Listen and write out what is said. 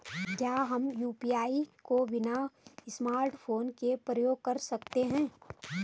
क्या हम यु.पी.आई को बिना स्मार्टफ़ोन के प्रयोग कर सकते हैं?